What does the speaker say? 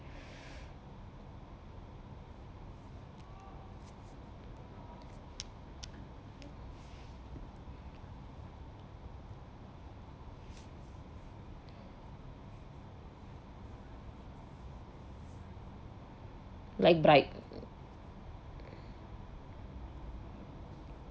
like bright